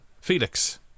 Felix